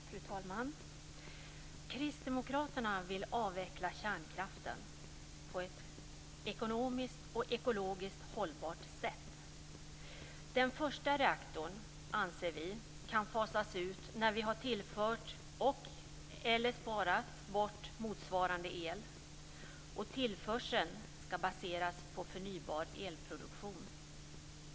Fru talman! Kristdemokraterna vill avveckla kärnkraften på ett ekonomiskt och ekologiskt hållbart sätt. Den första reaktorn anser vi kan fasas ut när vi tillfört och/eller sparat bort motsvarande el. Tillförseln skall baseras på förnybar elproduktion.